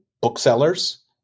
booksellers